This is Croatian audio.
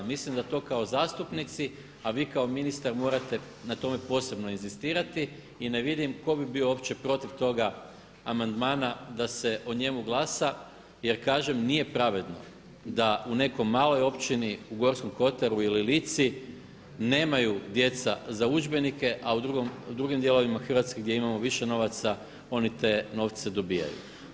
Mislim da to kao zastupnici, a vi kao ministar morate na tome posebno inzistirati i ne vidim tko bi bio uopće protiv toga amandmana da se o njemu glasa, jer kažem nije pravedno da u nekoj maloj općini u Gorskom kotaru ili Lici nemaju djeca za udžbenike, a u drugim dijelovima Hrvatske gdje imamo više novaca oni te novce dobijaju.